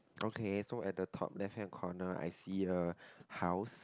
okay at the top left hand corner I see a house